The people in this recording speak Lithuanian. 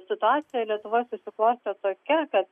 situacija lietuvoje susiklostė tokia kad